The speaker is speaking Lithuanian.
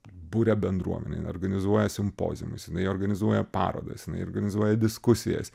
buria bendruomenę jinorganizuoja simpoziumus jinai organizuoja parodas jinai organizuoja diskusijas